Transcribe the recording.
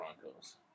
Broncos